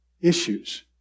issues